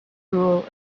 rule